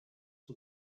for